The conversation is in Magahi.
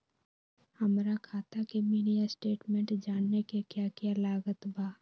हमरा खाता के मिनी स्टेटमेंट जानने के क्या क्या लागत बा?